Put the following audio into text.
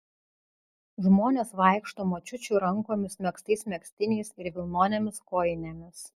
žmonės vaikšto močiučių rankomis megztais megztiniais ir vilnonėmis kojinėmis